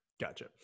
Gotcha